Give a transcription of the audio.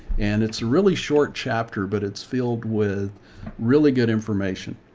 and it's really short chapter, but it's filled with really good information.